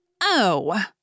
Oh